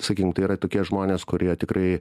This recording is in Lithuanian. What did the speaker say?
sakykim tai yra tokie žmonės kurie tikrai